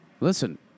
Listen